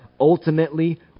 ultimately